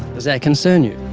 does that concern you?